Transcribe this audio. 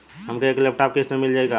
हमके एक लैपटॉप किस्त मे मिल जाई का?